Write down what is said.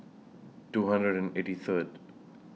two hundred and eighty Third